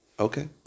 Okay